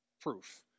proof